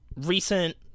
Recent